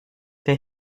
der